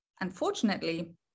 unfortunately